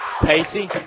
Pacey